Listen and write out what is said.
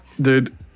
dude